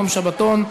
יום שבתון),